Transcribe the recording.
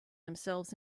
themselves